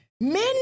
Men